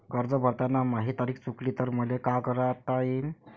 कर्ज भरताना माही तारीख चुकली तर मले का करता येईन?